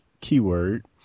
Keyword